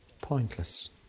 pointless